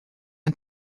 and